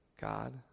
God